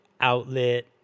outlet